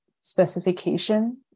specification